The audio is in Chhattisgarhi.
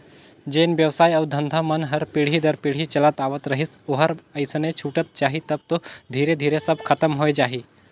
जेन बेवसाय अउ धंधा मन हर पीढ़ी दर पीढ़ी चलत आवत रहिस ओहर अइसने छूटत जाही तब तो धीरे धीरे सब खतम होए जाही